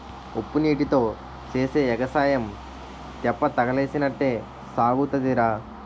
ఉప్పునీటీతో సేసే ఎగసాయం తెప్పతగలేసినట్టే సాగుతాదిరా